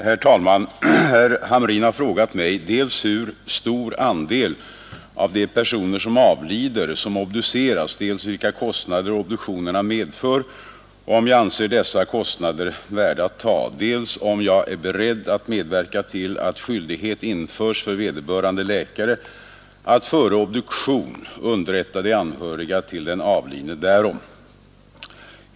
Herr talman! Herr Hamrin har frågat mig dels hur stor andel av de personer som avlider som obduceras, dels vilka kostnader obduktionerna medför och om jag anser dessa kostnader värda att ta, dels om jag är beredd att medverka till att skyldighet införs för vederbörande läkare att före obduktion underrätta de anhöriga till den avlidne därom.